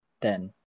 Ten